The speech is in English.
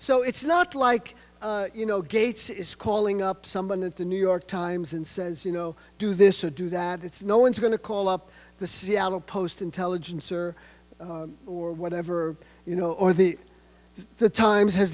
so it's not like you know gates is calling up someone at the new york times and says you know do this or do that it's no one's going to call up the seattle post intelligencer or whatever you know or the the times has